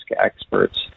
experts